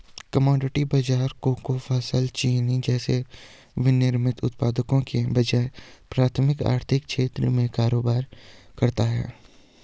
commodity बाजार cocoa, फल, चीनी जैसे विनिर्मित उत्पादों के बजाय प्राथमिक आर्थिक क्षेत्र में कारोबार करता है